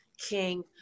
king